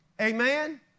amen